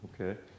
Okay